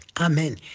Amen